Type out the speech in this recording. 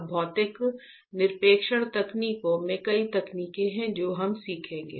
अब भौतिक निक्षेपण तकनीकों में कई तकनीकें हैं जो हम सीखेंगे